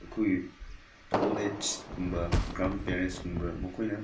ꯑꯩꯈꯣꯏ ꯑꯣꯜ ꯑꯦꯖꯒꯨꯝꯕ ꯒ꯭ꯔꯥꯟꯄꯦꯔꯦꯟꯁꯀꯨꯝꯕ ꯃꯈꯣꯏꯅ